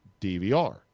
DVR